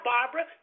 Barbara